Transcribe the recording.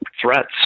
threats